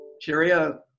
Cheerio